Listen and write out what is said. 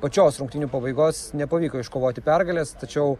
pačios rungtynių pabaigos nepavyko iškovoti pergales tačiau